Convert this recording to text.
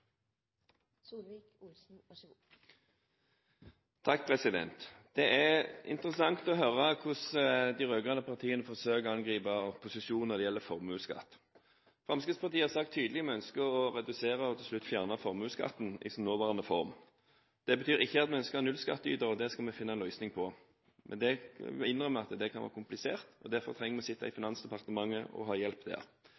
interessant å høre hvordan de rød-grønne partiene forsøker å angripe opposisjonen når det gjelder formuesskatten. Fremskrittspartiet har sagt tydelig at vi ønsker å redusere og til slutt fjerne formuesskatten i sin nåværende form. Det betyr ikke at vi ønsker nullskatteytere, og det skal vi finne en løsning på. Vi innrømmer at det kan være komplisert. Derfor trenger vi å sitte i